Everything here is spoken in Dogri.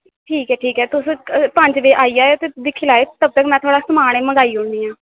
ठीक ऐ ठीक ऐ तुस पंज बजे आई जायो ते दिक्खी लैयो ते तदूं तगर में थुआड़ा समान पुजाई दिन्नी आं